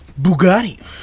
Bugatti